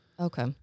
Okay